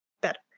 better